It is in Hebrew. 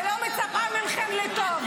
אני לא מצפה מכם לטוב.